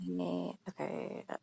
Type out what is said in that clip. okay